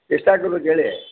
ಎಷ್ಟು ಹಾಕಿ ಕೊಡ್ಬೇಕು ಹೇಳಿ